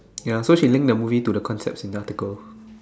ya so she link to the movie to the concepts in the article